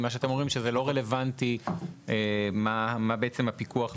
מה שאתם אומרים זה שזה לא רלוונטי מה בעצם הפיקוח והאכיפה.